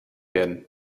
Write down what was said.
werden